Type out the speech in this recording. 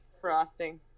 Frosting